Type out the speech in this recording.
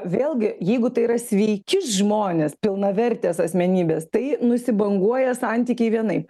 vėlgi jeigu tai yra sveiki žmonės pilnavertės asmenybės tai nusibanguoja santykiai vienai